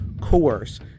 coerce